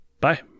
Bye